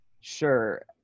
sure